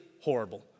Horrible